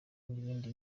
n’indi